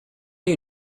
you